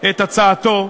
את הצעתו,